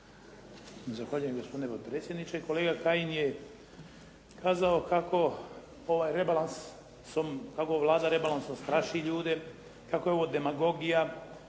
Zahvaljujem gospodine potpredsjedniče. Kolega Kajin je kazao kako ovaj rebalans, kako Vlada rebalansom straši ljude, kako je ovo demagogija,